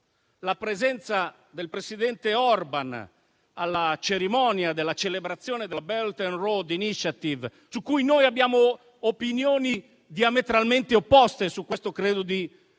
la presenza del presidente Orbán alla cerimonia della celebrazione della Belt and road initiative, su cui noi abbiamo opinioni diametralmente opposte. E su questo credo